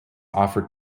offered